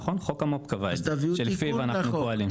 נכון, חוק המו"פ קבע את זה שלפיו אנחנו פועלים.